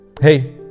Hey